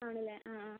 ആണല്ലെ ആ ആ